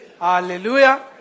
Hallelujah